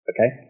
Okay